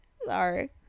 Sorry